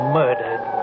murdered